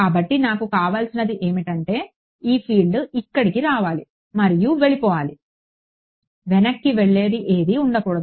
కాబట్టి నాకు కావలసినది ఏమిటంటే ఈ ఫీల్డ్ ఇక్కడికి రావాలి మరియు వెళ్లిపోవాలి వెనక్కి వెళ్లేది ఏదీ ఉండకూడదు